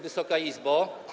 Wysoka Izbo!